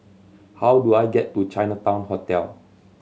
how do I get to Chinatown Hotel